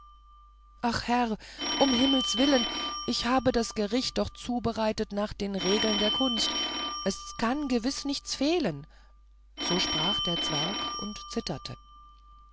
ach herr um des himmels willen ich habe das gericht doch zubereitet nach den regeln der kunst es kann gewiß nichts fehlen so sprach der zwerg und zitterte